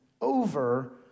over